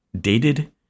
dated